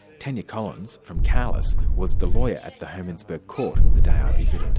tania collins, from caalas, was the lawyer at the hermannsburg court the day um